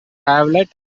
hewlett